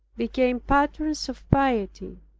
became patterns of piety.